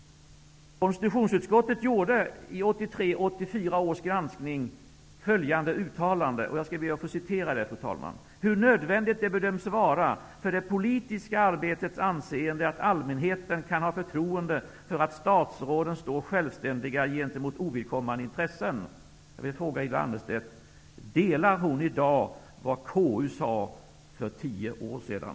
Konstitutionsutskottet uttalade i 1983/84 års granskning bl.a.: ''hur nödvändigt det bedöms vara för det politiska arbetets anseende att allmänheten kan ha förtroende för att statsråden står självständiga gentemot ovidkommande intressen''. KU uttalade för tio år sedan?